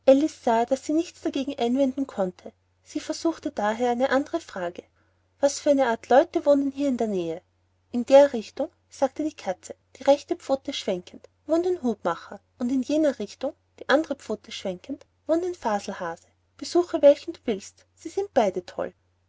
daß sie nichts dagegen einwenden konnte sie versuchte daher eine andere frage was für art leute wohnen hier in der nähe in der richtung sagte die katze die rechte pfote schwenkend wohnt ein hutmacher und in jener richtung die andere pfote schwenkend wohnt ein faselhase besuche welchen du willst sie sind beide toll